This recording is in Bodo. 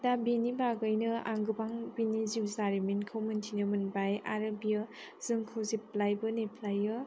दा बिनि बागैनो आं गोबां बिनि जिउ जारिमिनखौ मोन्थिनो मोनबाय आरो बियो जोंखौ जेब्लायबो नेफ्लायो